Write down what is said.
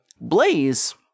Blaze